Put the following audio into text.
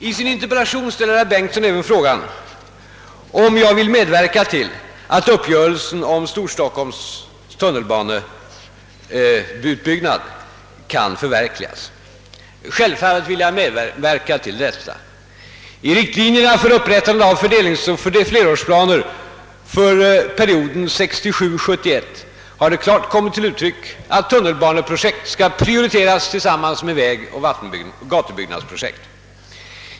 I sin interpellation ställer herr Bengtson även frågan om jag vill medverka till att uppgörelsen om Storstockholms tunnelbaneutbyggnad kan förverkligas. Självfallet vill jag medverka till detta. I riktlinjerna för upprättande av fördelningsoch flerårsplaner för perioden 1967—1971 har det klart kommit till uttryck, att tunnelbaneprojekt skall prioriteras tillsammans med vägoch gatubyggnadsprojekt.